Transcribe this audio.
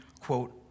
quote